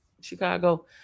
Chicago